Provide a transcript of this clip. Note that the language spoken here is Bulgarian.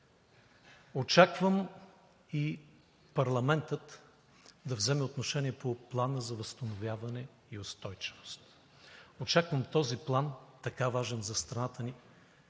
Очаквам и парламентът да вземе отношение по Плана за възстановяване и устойчивост. Очаквам този план, така важен за страната ни,